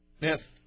Yes